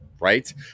right